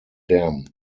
dam